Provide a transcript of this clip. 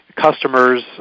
customers